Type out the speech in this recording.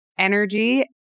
energy